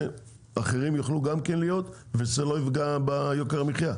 שאחרים יוכלו גם כן להיות ושזה לא יפגע ביוקר המחיה,